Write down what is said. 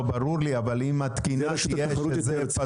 ברור לי, אבל אם התקינה שיש שזה פתוח.